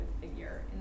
figure